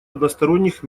односторонних